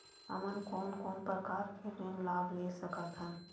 हमन कोन कोन प्रकार के ऋण लाभ ले सकत हन?